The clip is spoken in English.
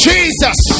Jesus